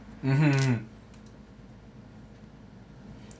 mmhmm hmm